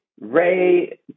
Ray